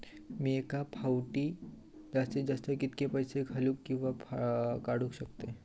मी एका फाउटी जास्तीत जास्त कितके पैसे घालूक किवा काडूक शकतय?